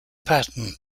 pattern